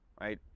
right